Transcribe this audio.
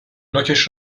نوکش